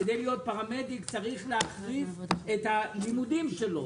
כדי להיות פרמדיק צריך להרחיב את הלימודים שלו.